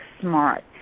smart